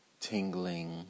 tingling